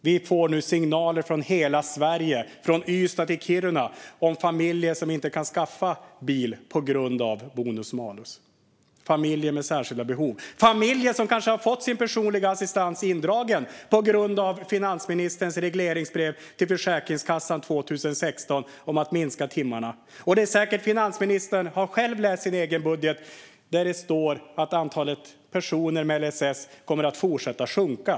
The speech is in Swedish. Vi får nu signaler från hela Sverige, från Ystad till Kiruna, om familjer som inte kan skaffa bil på grund av bonus malus. Det handlar om familjer med särskilda behov. Det kan vara familjer som kanske har fått sin personliga assistans indragen på grund av finansministerns regleringsbrev till Försäkringskassan 2016 om att minska timmarna. Finansministern har säkert själv läst sin egen budget där det står att antalet personer med LSS kommer att fortsätta sjunka.